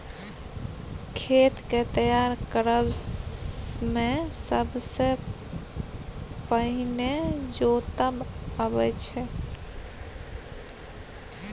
खेत केँ तैयार करब मे सबसँ पहिने जोतब अबै छै